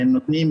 המציאות.